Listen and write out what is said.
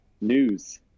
News